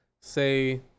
say